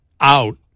out